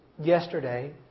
yesterday